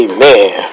Amen